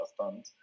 understand